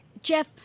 Jeff